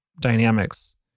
dynamics